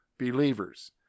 believers